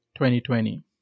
2020